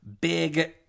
big